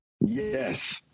yes